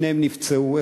שניהם נפצעו,